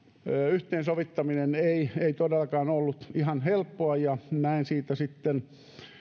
yhteensovittaminen ei ei todellakaan ollut ihan helppoa ja näin siitä sitten